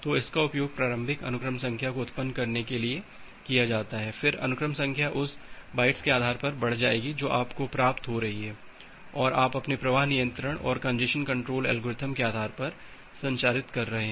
तो इसका उपयोग प्रारंभिक अनुक्रम संख्या को उत्पन्न करने के लिए किया जाता है फिर अनुक्रम संख्या उस बाइट्स के आधार पर बढ़ जाएगी जो आपको प्राप्त हो रही है और आप अपने प्रवाह नियंत्रण और कंजेस्शन कंट्रोल एल्गोरिथ्म के आधार पर संचारित कर रहे हैं